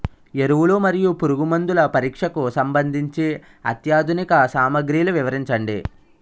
ఎరువులు మరియు పురుగుమందుల పరీక్షకు సంబంధించి అత్యాధునిక సామగ్రిలు వివరించండి?